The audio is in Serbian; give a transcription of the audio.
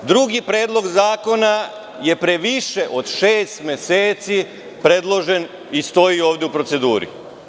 Drugi predlog zakona je pre više od šest meseci predložen i stoji ovde u proceduri.